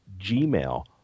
Gmail